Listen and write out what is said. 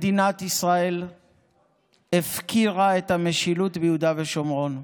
מדינת ישראל הפקירה את המשילות ביהודה ושומרון.